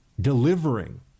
delivering